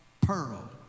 pearl